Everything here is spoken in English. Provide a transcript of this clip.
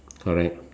correct